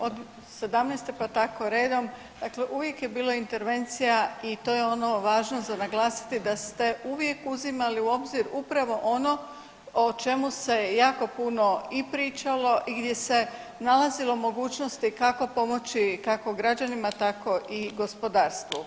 Od '17. pa tako redom, dakle uvijek je bilo intervencija i to je ono važno za naglasiti da ste uvijek uzimali u obzir upravo ono o čemu se jako puno i pričalo i gdje se nalazilo mogućnosti kako pomoći kako građanima tako i gospodarstvu.